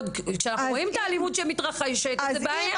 זו בעיה.